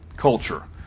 culture